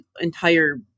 entire